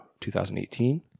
2018